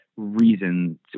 reasons